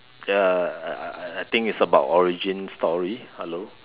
ya I think it's about origin story hello